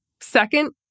second